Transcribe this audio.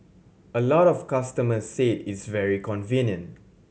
a lot of customers said it's very convenient